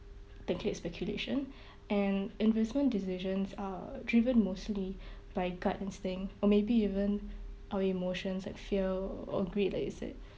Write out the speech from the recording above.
speculation and investment decisions are driven mostly by gut instinct or maybe even our emotions like fear or greed like you said